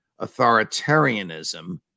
authoritarianism